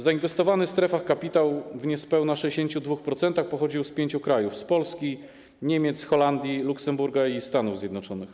Zainwestowany w strefach kapitał w niespełna 62% pochodził z pięciu krajów: z Polski, Niemiec, Holandii, Luksemburga i Stanów Zjednoczonych.